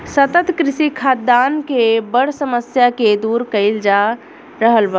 सतत कृषि खाद्यान के बड़ समस्या के दूर कइल जा रहल बा